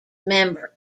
member